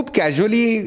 casually